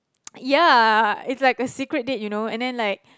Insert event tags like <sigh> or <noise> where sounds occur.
<noise> ya it's like a secret date you know and then like